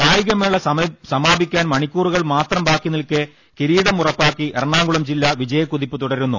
കായിക മേള സമാപിക്കാൻ മണിക്കൂറുകൾ മാത്രം ബാക്കി നിൽക്കെ കിരീടമുറപ്പാക്കി എറണാകുളം ജില്ല വിജയ ക്കുതിപ്പ് തുടരുന്നു